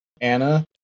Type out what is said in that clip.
Anna